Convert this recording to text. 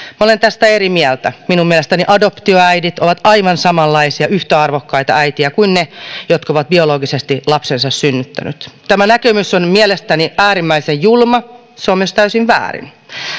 olen tästä eri mieltä minun mielestäni adoptioäidit ovat aivan samanlaisia yhtä arvokkaita äitejä kuin ne jotka ovat biologisesti lapsensa synnyttäneet tämä näkemys on mielestäni äärimmäisen julma se on myös täysin väärin